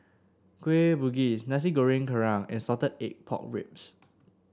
Kueh Bugis Nasi Goreng Kerang and Salted Egg Pork Ribs